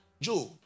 Job